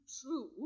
True